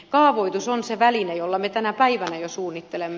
kaavoitus on se väline jolla me tänä päivänä jo suunnittelemme